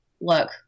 look